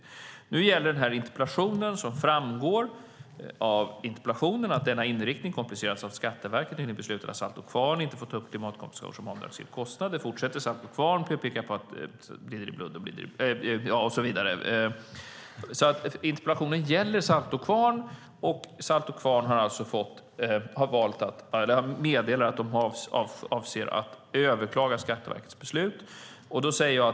Som framgår av interpellationen kompliceras denna inriktning av att Skatteverket nyligen har beslutat att Saltå Kvarn inte får ta upp klimatkompensation som avdragsgill kostnad. Interpellationen gäller Saltå Kvarn, och Saltå Kvarn har meddelat att man avser att överklaga Skatteverkets beslut.